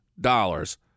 dollars